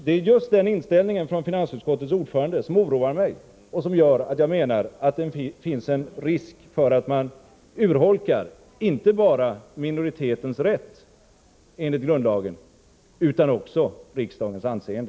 Det är just den inställningen hos finansutskottets ordförande som oroar mig och som gör att jag menar att det finns en risk för att man inte bara urholkar minoritetens rätt enligt grundlagen utan också försämrar riksdagens anseende.